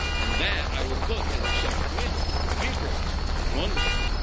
and that i will cook as a separate meal. beef ribs wonderful.